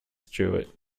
stewart